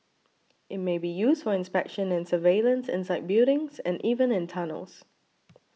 it may be used for inspection and surveillance inside buildings and even in tunnels